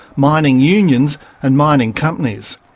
mining unions and mining companies.